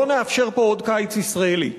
לא נאפשר פה עוד קיץ ישראלי.